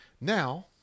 Now